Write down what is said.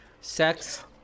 sex